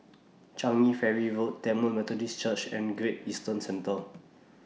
Changi Ferry Road Tamil Methodist Church and Great Eastern Centre